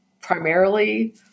primarily